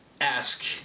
ask